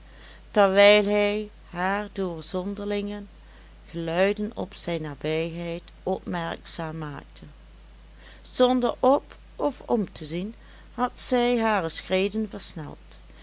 terwijl hij haar door zonderlinge geluiden op zijne nabijheid opmerkzaam maakte zonder op of om te zien had zij hare schreden versneld